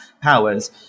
powers